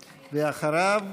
ואחריו,